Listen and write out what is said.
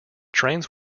trains